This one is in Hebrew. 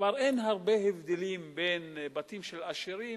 כבר אין הרבה הבדלים בין בתים של עשירים